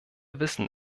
wissen